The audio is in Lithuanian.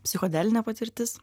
psichodelinė patirtis